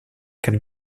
can